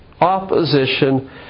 opposition